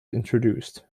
introduced